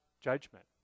judgment